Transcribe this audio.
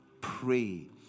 pray